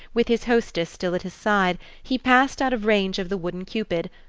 with his hostess still at his side, he passed out of range of the wooden cupid,